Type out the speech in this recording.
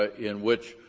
ah in which,